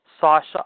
Sasha